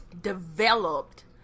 developed